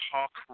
Talk